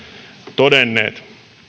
todenneet